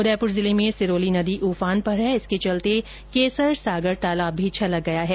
उदयपुर जिले में सिरौली नदी उफान पर है और इसके चलते केसर सागर तालाब भी छलक गया है